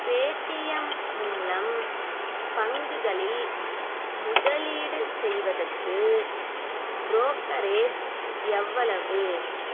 Paytm மூலம் பங்குகளில் முதலீடு செய்வதற்கு ப்ரோக்கரேஜ் எவ்வளவு